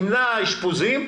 אמנע אשפוזים,